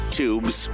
tubes